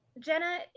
jenna